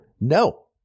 No